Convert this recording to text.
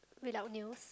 red up news